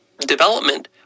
development